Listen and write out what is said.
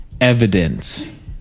evidence